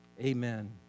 Amen